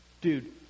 Dude